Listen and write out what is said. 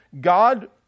God